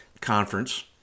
conference